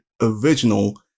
original